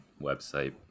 website